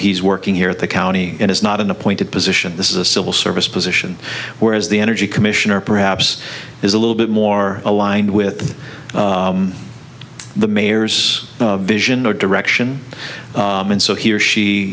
he's working here at the county and it's not an appointed position this is a civil service position whereas the energy commissioner perhaps is a little bit more aligned with the mayor's vision or direction and so he or she